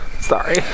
Sorry